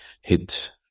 hit